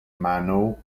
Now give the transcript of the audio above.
manor